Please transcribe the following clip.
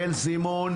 זימון.